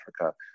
africa